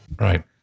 Right